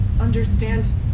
understand